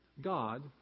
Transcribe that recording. God